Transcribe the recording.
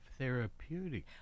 therapeutic